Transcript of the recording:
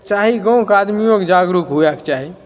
चाही गाँवके आदमियोके जागरूक हुएके चाही